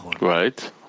Right